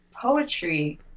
Poetry